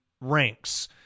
ranks